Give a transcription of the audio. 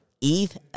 eve